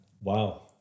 Wow